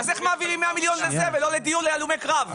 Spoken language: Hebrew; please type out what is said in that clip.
אז איך מעבירים 100 מיליון שקלים לזה ולא לדיור להלומי קרב?